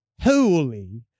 holy